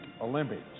Olympics